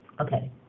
Okay